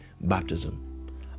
baptism